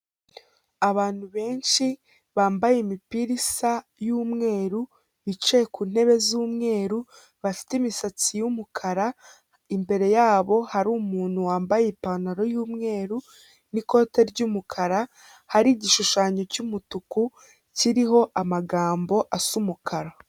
Abantu benshi bambaye imipira isa y'umweru, bicaye ku ntebe z'umweru bafite imisatsi y'umukara, imbere yabo hari umuntu wambaye ipantaro y'umweru n'ikote ry'umukara hari igishushanyo cy'umutuku kiriho amagambo asa umukara.